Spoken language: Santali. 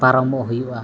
ᱯᱟᱨᱚᱢᱚᱜ ᱦᱩᱭᱩᱜᱼᱟ